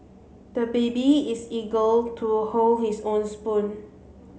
the baby is eagle to hold his own spoon